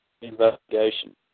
investigation